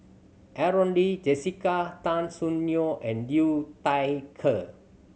Aaron Lee Jessica Tan Soon Neo and Liu Thai Ker